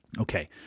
Okay